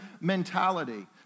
mentality